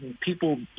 People